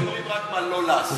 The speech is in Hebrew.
יש כאלה שאומרים רק מה לא לעשות.